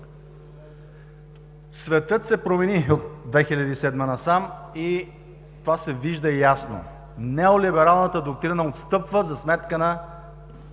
Светът се промени от 2007 г. насам и това се вижда ясно. Неолибералната доктрина отстъпва за сметка на